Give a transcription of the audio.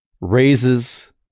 raises